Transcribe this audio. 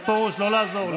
לא לעזור לו.